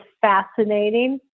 fascinating